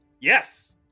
Yes